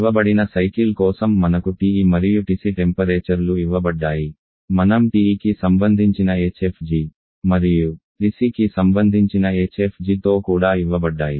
ఇవ్వబడిన సైకిల్ కోసం మనకు TE మరియు TC టెంపరేచర్ లు ఇవ్వబడ్డాయిమనం TEకి సంబంధించిన hfg మరియు TCకి సంబంధించిన hfgతో కూడా ఇవ్వబడ్డాయి